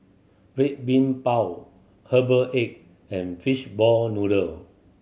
Red Bean Bao herbal egg and fishball noodle